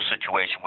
situation